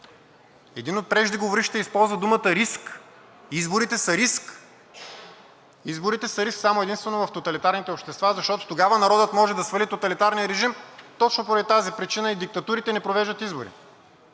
Един от преждеговорившите използва думата риск, изборите са риск. Изборите са риск само и единствено в тоталитарните общества, защото тогава народът може да свали тоталитарния режим. Точно поради тази причина и диктатурите не провеждат избори.